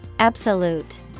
Absolute